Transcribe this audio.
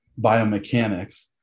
biomechanics